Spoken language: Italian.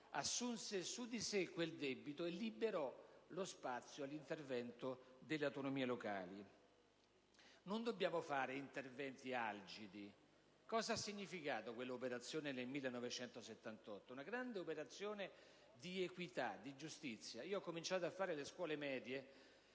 assunse su di sé quel debito e liberò lo spazio all'intervento delle autonomie locali. Non dobbiamo fare interventi algidi. Cosa ha significato quella operazione nel 1978? Una grande operazione di equità e di giustizia. Io ho cominciato le scuole medie